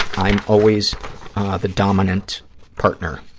i am always the dominant partner.